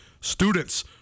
students